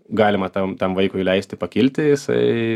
galima tam tam vaikui leisti pakilti jisai